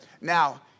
Now